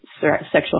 sexual